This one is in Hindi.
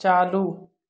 चालू